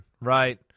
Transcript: right